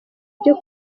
byo